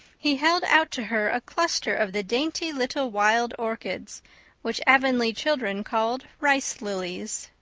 he held out to her a cluster of the dainty little wild orchids which avonlea children called rice lillies.